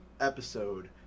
episode